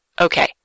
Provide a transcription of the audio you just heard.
Okay